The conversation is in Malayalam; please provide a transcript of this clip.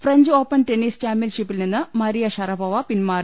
ഫ്രഞ്ച്ഓപ്പൺ ടെന്നീസ് ചാമ്പൃൻഷിപ്പിൽ നിന്ന് മരിയ ഷറപ്പോവ പിന്മാറി